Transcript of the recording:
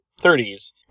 30s